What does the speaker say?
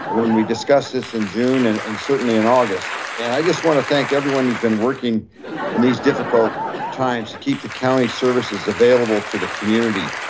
when we discuss this in june and and certainly in august. and i just wanna thank everyone who's been working in and these difficult times to keep the county services available to the community,